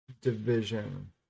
division